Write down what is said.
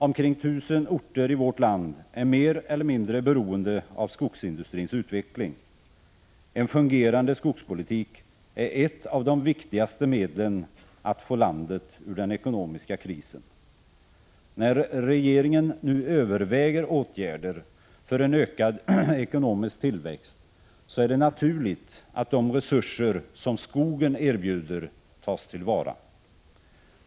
Omkring 1 000 orter i vårt land är mer eller mindre beroende av skogsindustrins utveckling. Fungerande skogspolitik är ett av de viktigaste medlen att få landet ur den ekonomiska krisen. När regeringen nu överväger åtgärder för en ökad ekonomisk tillväxt, är det naturligt att de resurser som skogen erbjuder tas till vara.